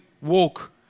walk